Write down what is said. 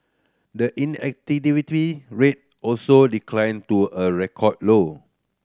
the rate also declined to a record low